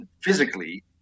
physically